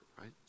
right